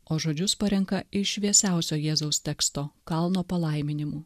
o žodžius parenka iš šviesiausio jėzaus teksto kalno palaiminimų